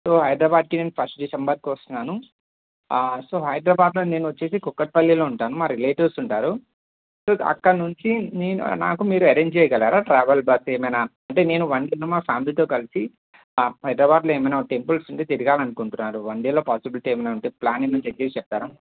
హైదరాబాద్కి నేను ఫస్ట్ డిసెంబర్కి వస్తున్నాను సో హైదరాబాద్లో నేను వచ్చేసి కూకట్పల్లిలో ఉంటాను మా రిలేటివ్స్ ఉంటారు సో అక్కడి నుంచి నాకు మీరు అరేంజ్ చేయగలరా ట్రావెల్ బస్ ఏమైనా అంటే నేను వన్ డేనే మా ఫ్యామిలితో కలిసి హైదరాబాద్లో ఏమైనా టెంపుల్స్ ఉంటే తిరగాలనుకుంటున్నారు వన్ డేలో పాజిబిలిటీ ఏమైనా ఉంటే ప్లాన్ ఏమైనా చెక్ జేసి చెప్తారా